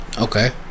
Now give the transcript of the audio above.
Okay